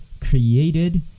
created